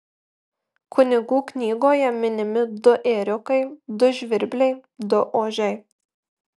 kunigų knygoje minimi du ėriukai du žvirbliai du ožiai